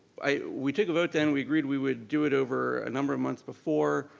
we took a vote then, we agreed we would do it over a number of months before.